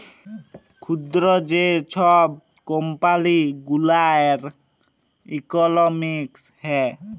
ক্ষুদ্র যে ছব কম্পালি গুলার ইকলমিক্স হ্যয়